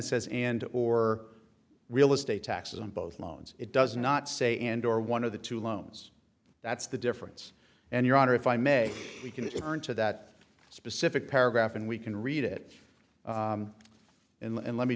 it says and or real estate taxes on both loans it does not say and or one of the two loans that's the difference and your honor if i may we can turn to that specific paragraph and we can read it and let me